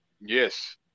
Yes